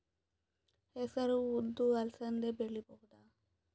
ಹೆಸರು ಉದ್ದು ಅಲಸಂದೆ ಬೆಳೆಯಬಹುದಾ?